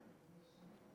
ההצעה להעביר את